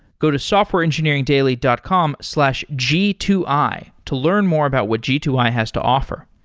go to softwareengineeringdaily dot com slash g two i to learn more about what g two i has to offer.